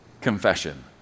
confession